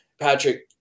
Patrick